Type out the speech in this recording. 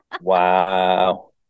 Wow